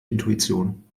intuition